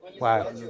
Wow